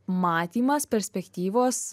matymas perspektyvos